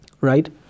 Right